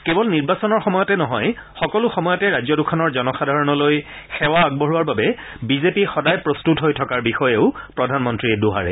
কেৱল নিৰ্বাচনৰ সময়তে নহয় সকলো সময়তে ৰাজ্য দুখনৰ জনসাধাৰণলৈ সেৱা আগবঢ়োৱাৰ বাবে বিজেপি সদায় প্ৰস্তুত হৈ থকাৰ বিষয়েও প্ৰধানমন্ত্ৰীয়ে দোহাৰে